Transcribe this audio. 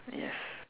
yes